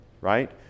right